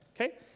Okay